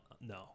no